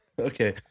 Okay